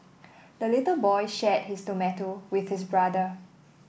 the little boy shared his tomato with his brother